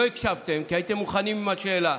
לא הקשבתם כי הייתם מוכנים עם השאלה.